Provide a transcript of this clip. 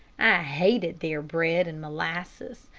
i hated their bread and molasses,